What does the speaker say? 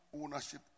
ownership